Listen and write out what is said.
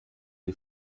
die